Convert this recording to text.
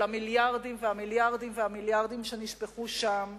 על המיליארדים והמיליארדים והמיליארדים שנשפכו שם,